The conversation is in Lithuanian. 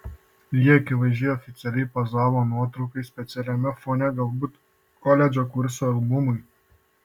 ji akivaizdžiai oficialiai pozavo nuotraukai specialiame fone galbūt koledžo kurso albumui